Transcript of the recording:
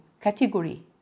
category